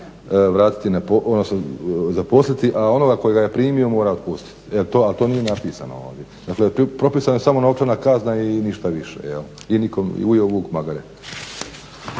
zaposliti, a onoga kojega je primio mora otpustiti. Ali to nije napisano ovdje, dakle propisana je samo novčana kazna i nikom ništa i ujeo vuk magare.